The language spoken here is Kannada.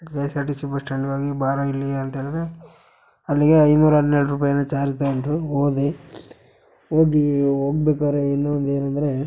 K S R T C bus ಸ್ಟ್ಯಾಂಡಿಗೆ ಹೋಗಿ ಬಾರೋ ಇಲ್ಲಿಗೆ ಅಂತೇಳಿದರೆ ಅಲ್ಲಿಗೆ ಐನೂರ ಹನ್ನೆರಡು ರೂಪಾಯಿ ಏನೋ ಚಾರ್ಜ್ ತಗೊಂಡ್ರು ಹೋದೆ ಹೋಗಿ ಹೋಗ್ಬೇಕಾರೆ ಇನ್ನೊಂದು ಏನಂದರೆ